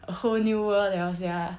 a whole new world liao sia